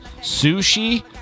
Sushi